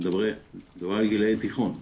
מדברים על גילאי תיכון.